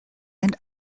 and